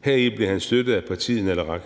heri blev han støttet af partiet Naleraq.